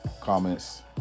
comments